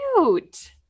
cute